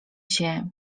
się